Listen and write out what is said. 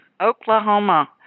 Oklahoma